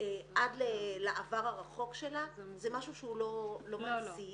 עד לעבר הרחוק שלה, זה משהו שהוא לא מעשי.